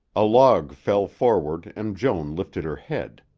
a log fell forward and joan lifted her head.